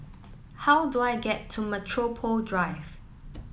how do I get to Metropole Drive